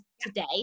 today